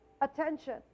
attention